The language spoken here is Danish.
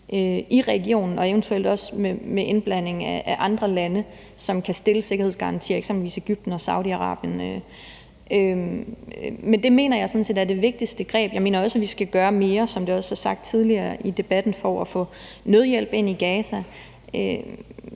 i regionen, eventuelt også med indblanding af andre lande, som kan stille sikkerhedsgaranti, eksempelvis Egypten og Saudi-Arabien. Det mener jeg sådan set er det vigtigste greb. Jeg mener også, at vi skal gøre mere, som det også er sagt tidligere i debatten, for at få nødhjælp ind i Gaza.